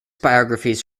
biographies